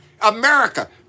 America